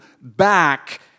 back